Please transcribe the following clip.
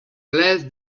less